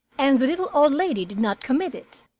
and the little old lady did not commit it.